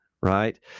right